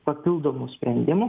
papildomų sprendimų